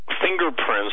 fingerprints